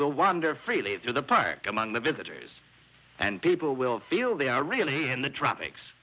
will wander freely through the park among the visitors and people will feel they are really in the tropics